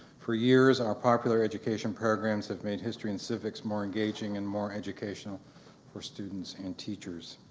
for years our popular education programs have made history and civics more engaging and more educational for students and teachers.